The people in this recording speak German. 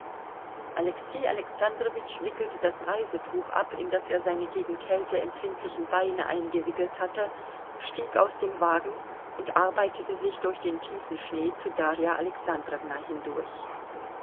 alexei alexandrowitsch wickelte das reisetuch ab in das er seine gegen kälte empfindlichen beine eingewickelt hatte stieg aus dem wagen und arbeitete sich durch den tiefen schnee zu darja alexandrowna hindurch